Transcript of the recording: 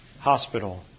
hospital